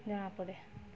ଜଣାପଡ଼େ